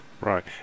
Right